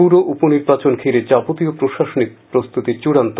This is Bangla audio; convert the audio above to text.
পুর উপ নির্বাচন ঘিরে যাবতীয় প্রশাসনিক প্রস্তুতি চূড়ান্ত